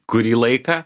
kurį laiką